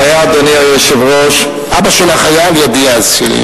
הבעיה, אדוני היושב-ראש, אבא שלך היה על-ידי אז.